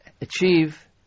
achieve